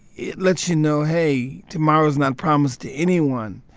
it lets you know, hey, tomorrow is not promised to anyone.